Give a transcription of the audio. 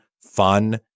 fun